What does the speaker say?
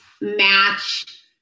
match